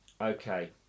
Okay